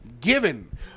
given